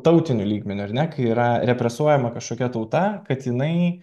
tautiniu lygmeniu ar ne kai yra represuojama kažkokia tauta kad jinai